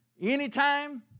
Anytime